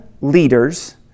leaders